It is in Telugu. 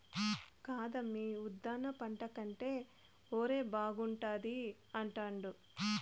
కాదమ్మీ ఉద్దాన పంట కంటే ఒరే బాగుండాది అంటాండా